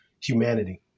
humanity